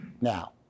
Now